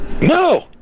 No